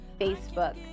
Facebook